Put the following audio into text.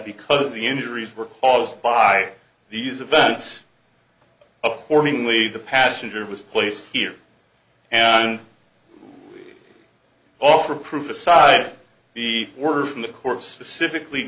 the injuries were caused by these events accordingly the passenger was placed here and offer proof aside the order from the court specifically